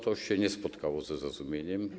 To się nie spotkało ze zrozumieniem.